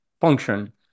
function